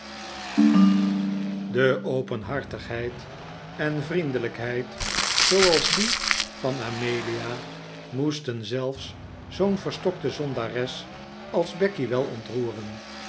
en openhartigheid en vriendelijkheid zooals die van amelia moesten zelfs zoo'n p verstokte zondares als becky wel ontroeren